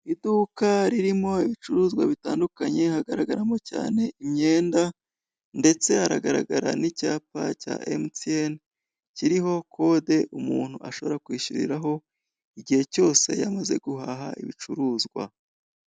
Iduka ririmo ibicuruzwa bitandukanye hagaragaramo cyane imyenda, ndetse hagaragara n'icyapa cya emutiyeni, kiriho kode umuntu ashobora kwishyuriraho, igihe cyose yamaze guhaha ibicuruzwa.